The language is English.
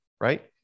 Right